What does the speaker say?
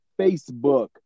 Facebook